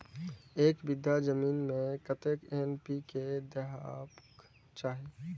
एक बिघा जमीन में कतेक एन.पी.के देबाक चाही?